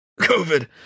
COVID